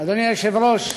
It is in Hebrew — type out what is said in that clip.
אדוני היושב-ראש,